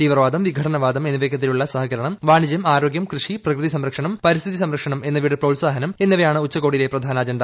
തീവ്രവാദം വിഘടനവാദം എന്നിവയ്ക്കെതിരെയുള്ള സഹകരണം വാണിജ്യം ആരോഗ്യം കൃഷി പ്രകൃതി സംരക്ഷണം പരിസ്ഥിതി സംരക്ഷണം എന്നിവയുടെ പ്രോത്സാഹനം എന്നിവയാണ് ഉച്ചകോടിയിലെ പ്രധാന അജണ്ട